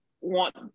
want